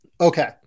Okay